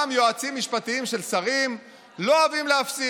גם יועצים משפטיים של שרים לא אוהבים להפסיד.